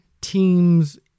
teams